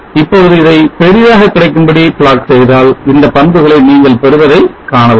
இப்பொழுது இதை பெரிதாக கிடைக்கும்படி plot செய்தால் இந்த பண்புகளை நீங்கள் பெறுவதை காணலாம்